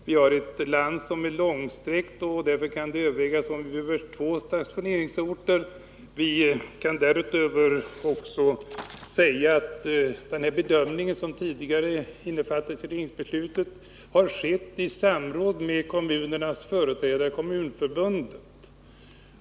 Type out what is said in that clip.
Vårt land är också långsträckt, och det kan därför övervägas om vi inte behöver två stationeringsorter. Jag kan nämna att den bedömning som innefattas i regeringsbeslutet har skett i samråd med kommunernas företrädare, Kommunförbundet.